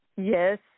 Yes